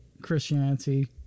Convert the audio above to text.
Christianity